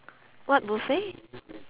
what buffet